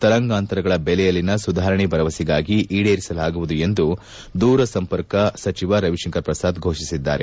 ತರಾಂಗತರಗಳ ಬೆಲೆಯಲ್ಲಿನ ಸುಧಾರಣೆ ಭರವಸೆಯನ್ನು ಈಡೇಸಲಾಗುವುದು ಎಂದು ದೂರಸಂಪರ್ಕ ಸಚಿವ ರವಿ ಶಂಕರ್ ಪ್ರಸಾದ್ ಘೋಷಿಸಿದ್ದಾರೆ